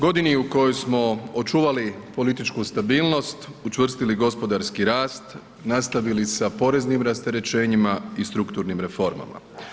Godini u kojoj smo očuvali političku stabilnost, učvrstili gospodarski rast, nastavili sa poreznim rasterećenjima i strukturnim reformama.